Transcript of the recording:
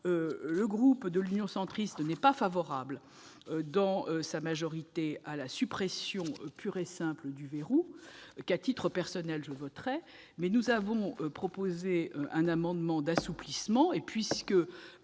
Le groupe Union Centriste n'est pas favorable, dans sa majorité, à la suppression pure et simple du « verrou », qu'à titre personnel, je voterai. Toutefois, nous avons proposé un amendement d'assouplissement. Puisque